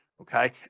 okay